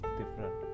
different